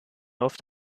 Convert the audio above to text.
oft